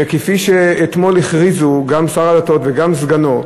וכפי שאתמול הכריזו גם שר הדתות וגם סגנו,